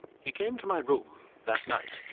he came to my room that night,